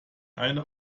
eine